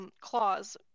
clause